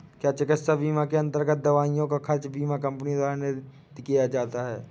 क्या चिकित्सा बीमा के अन्तर्गत दवाइयों का खर्च बीमा कंपनियों द्वारा दिया जाता है?